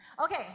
Okay